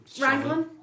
Wrangling